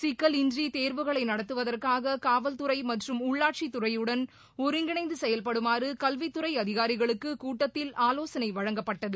சிக்கல் இன்றி தேர்வுகளை நடத்துவதற்காக காவல்துறை மற்றும் உள்ளாட்சித்துறையுடன் ஒருங்கிணைந்து செயல்படுமாறு கல்வித்துறை அதிகாரிகளுக்கு கூட்டத்தில் ஆலோசனை வழங்கப்பட்டது